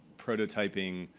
prototyping,